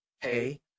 hey